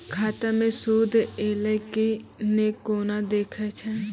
खाता मे सूद एलय की ने कोना देखय छै?